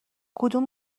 کدوم